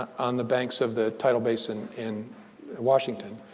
on the banks of the tidal basin in washington.